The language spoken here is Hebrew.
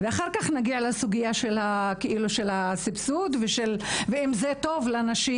אחר כך נגיע לסוגיה של הסבסוד ואם זה טוב לנשים,